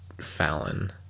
Fallon